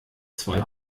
zwei